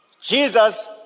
Jesus